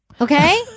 okay